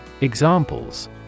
Examples